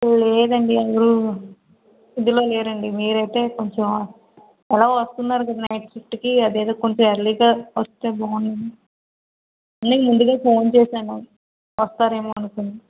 లేదు అండి అయ్యో ఇదిలో మీరు అయితే కొంచెం ఎలానో వస్తున్నారు కదా నైట్ షిఫ్ట్కి అదేదో కొంచెం కొంచం ఆర్లీగా వస్తే బాగుండు అందుకే ముందుగా ఫోన్ చేశాను వస్తారేమో అనుకొని